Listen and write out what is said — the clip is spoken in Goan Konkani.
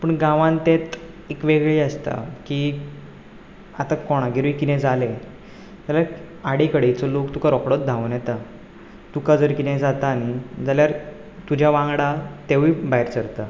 पूण गांवांत तेंच एक वेगळें आसता की आतां कोणागेरूय कितें जालें जाल्यार आडेकडेचो लोक तुका रोखडोच धांवन येता तुका जर कितें जाता न्ही जाल्यार तुज्या वांगडा तेवूय भायर सरता